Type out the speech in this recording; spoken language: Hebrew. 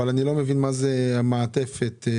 מבין מה זה המעטפת.